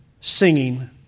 Singing